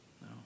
No